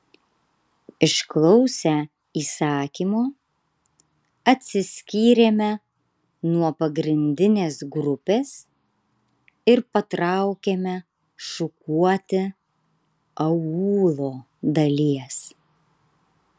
išklausę įsakymo atsiskyrėme nuo pagrindinės grupės ir patraukėme šukuoti aūlo dalies